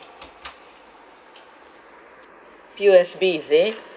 P_O_S_B is it